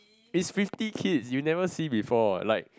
is fifty kids you never see before like